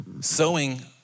sowing